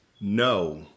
No